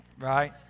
right